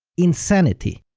insanity.